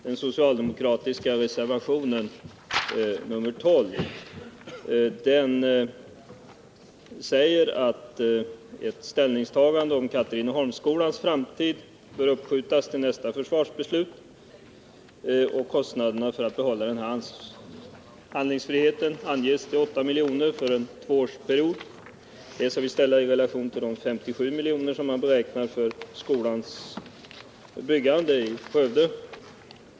Den socialdemokratiska reservationen nr 12 säger att ett ställningstagande om Katrineholmsskolans framtid bör uppskjutas till nästa försvarsbeslut, och kostnaderna för att behålla den handlingsfriheten anges till 8 milj.kr. för en tvåårsperiod. Det skall vi ställa i relation till de 57 miljoner som man beräknar för skolans byggande i Skövde.